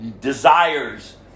desires